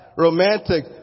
Romantic